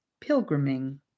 Pilgriming